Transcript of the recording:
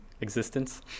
existence